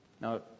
Now